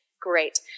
Great